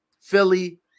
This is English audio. Philly